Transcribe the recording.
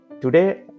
Today